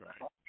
Right